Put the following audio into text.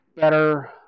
better